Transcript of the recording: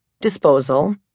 disposal